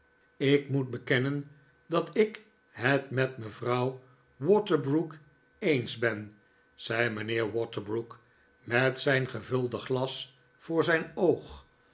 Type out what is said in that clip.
ik moet bekennen dat ik het met mevrouw waterbrook eens ben zei mijnheer waterbrook met zijn gevulde glas voor zijn oog